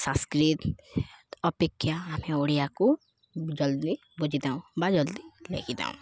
ସାଂସ୍କୃିତ ଅପେକ୍ଷା ଆମେ ଓଡ଼ିଆକୁ ଜଲ୍ଦି ବୁଝିଥାଉ ବା ଜଲ୍ଦି ଲେଖିଥାଉଁ